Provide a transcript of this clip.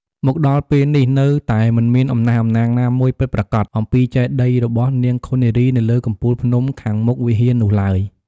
មកដល់ពេលនេះនៅតែមិនមានអំណះអំណាងណាមួយពិតប្រាកដ អំពីចេតិយរបស់នាងឃុននារីនៅលើកំពូលភ្នំខាងមុខវិហារនោះឡើយ។